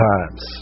Times